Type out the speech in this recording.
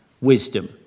wisdom